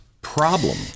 Problem